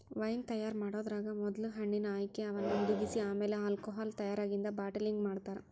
wine ತಯಾರ್ ಮಾಡೋದ್ರಾಗ ಮೊದ್ಲ ಹಣ್ಣಿನ ಆಯ್ಕೆ, ಅವನ್ನ ಹುದಿಗಿಸಿ ಆಮೇಲೆ ಆಲ್ಕೋಹಾಲ್ ತಯಾರಾಗಿಂದ ಬಾಟಲಿಂಗ್ ಮಾಡ್ತಾರ